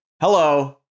Hello